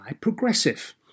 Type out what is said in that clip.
Progressive